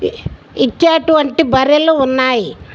ఇచ్చేటువంటి బర్రెలు ఉన్నాయి